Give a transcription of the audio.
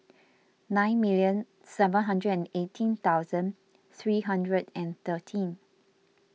nine million seven hundred and eighteen thousand three hundred and thirteen